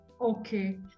Okay